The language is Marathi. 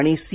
आणि सी